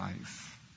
life